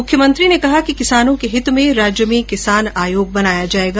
मुख्यमंत्री ने कहा कि किसानों के हित में राज्य में किसान आयोग बनाया जाएगा